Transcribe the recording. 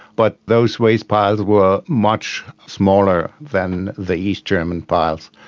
but those waste piles were much smaller than the east german piles.